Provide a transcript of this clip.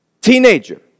Teenager